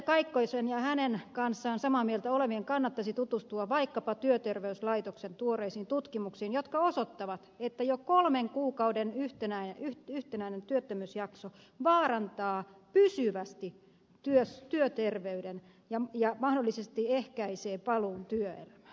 kaikkosen ja hänen kanssaan samaa mieltä olevien kannattaisi tutustua vaikkapa työter veyslaitoksen tuoreisiin tutkimuksiin jotka osoittavat että jo kolmen kuukauden yhtenäinen työttömyysjakso vaarantaa pysyvästi työterveyden ja mahdollisesti ehkäisee paluun työelämään